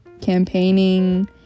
campaigning